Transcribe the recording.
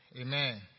Amen